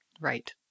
Right